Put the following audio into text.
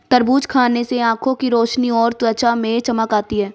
तरबूज खाने से आंखों की रोशनी और त्वचा में चमक आती है